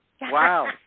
Wow